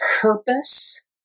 purpose